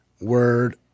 word